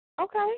Okay